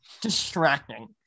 distracting